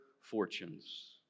fortunes